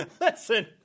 Listen